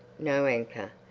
no anchor.